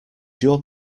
your